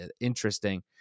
interesting